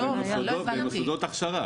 במוסדות הכשרה.